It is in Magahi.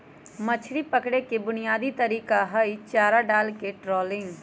मछरी पकड़े के बुनयादी तरीका हई चारा डालके ट्रॉलिंग